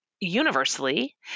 Universally